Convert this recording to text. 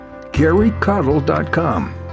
garycoddle.com